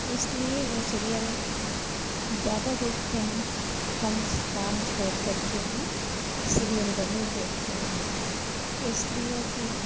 इसलिए वह सिरियल ज़्यादा देखते हैं कम काम छोड़कर के भी सीरियल ज़रूर देखते हैं इसलिए कि